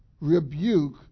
rebuke